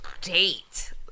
date